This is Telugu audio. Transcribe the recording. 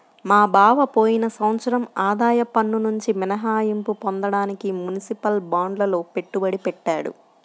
మా బావ పోయిన సంవత్సరం ఆదాయ పన్నునుంచి మినహాయింపు పొందడానికి మునిసిపల్ బాండ్లల్లో పెట్టుబడి పెట్టాడు